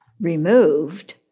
removed